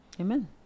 Amen